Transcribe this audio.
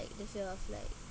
the fear of like